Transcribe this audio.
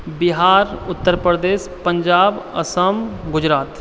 Bihar Uttar Pradesh Punjab Assam Gujarat